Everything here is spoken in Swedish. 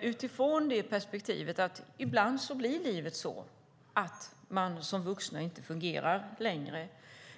utifrån det perspektivet att livet ibland blir så att man som vuxen inte fungerar längre.